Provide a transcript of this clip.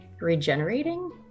regenerating